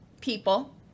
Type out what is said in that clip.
people